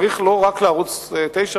צריך לא רק לערוץ-9 לעזור.